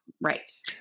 right